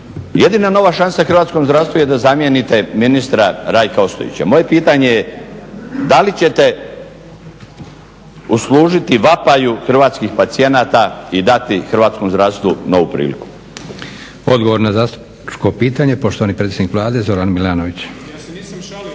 Jedina nova šansa hrvatskom zdravstvu je zamijenite ministra Rajka Ostojića. Moje pitanje je da li ćete uslužiti vapaju hrvatskih pacijenata i dati hrvatskom zdravstvu novu priliku. **Leko, Josip (SDP)** Odgovor na zastupničko pitanje poštovani predsjednik Vlade Zoran Milanović. **Milanović,